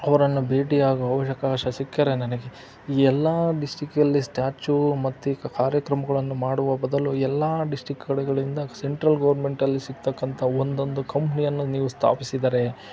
ಅವರನ್ನು ಭೇಟಿಯಾಗುವ ಅವಕಾಶ ಸಿಕ್ಕರೆ ನನಗೆ ಎಲ್ಲ ಡಿಸ್ಟಿಕ್ಕಲ್ಲಿ ಸ್ಟ್ಯಾಚ್ಯೂ ಮತ್ತು ಕಾರ್ಯಕ್ರಮಗಳನ್ನು ಮಾಡುವ ಬದಲು ಎಲ್ಲ ಡಿಸ್ಟಿಕ್ ಕಡೆಗಳಿಂದ ಸೆಂಟ್ರಲ್ ಗೌರ್ಮೆಂಟಲ್ಲಿ ಸಿಗ್ತಕ್ಕಂಥ ಒಂದೊಂದು ಕಂಪ್ನಿಯನ್ನು ನೀವು ಸ್ಥಾಪಿಸಿದರೆ